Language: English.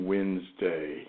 Wednesday